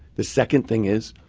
the second thing is,